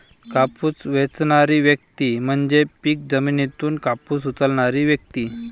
कापूस वेचणारी व्यक्ती म्हणजे पीक जमिनीतून कापूस उचलणारी व्यक्ती